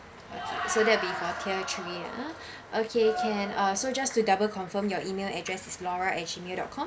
okay so that'll be for tier three ah okay can uh so just to double confirm your email address is laura at gmail dot com